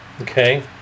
Okay